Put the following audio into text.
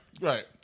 right